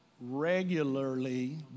regularly